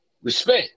Respect